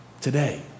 today